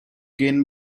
gain